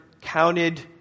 counted